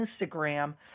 Instagram